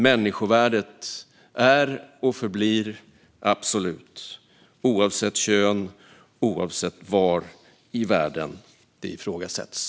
Människovärdet är och förblir absolut, oavsett kön och oavsett var i världen det ifrågasätts.